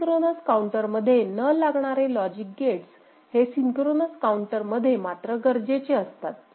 asynchronous counter मध्ये न लागणारे लॉजिक गेट्स हे सिंक्रोनस काउंटर मध्ये मात्र गरजेचे असतात